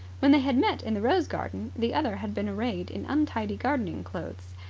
when they had met in the rose-garden, the other had been arrayed in untidy gardening clothes.